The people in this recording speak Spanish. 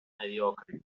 mediocres